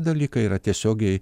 dalykai yra tiesiogiai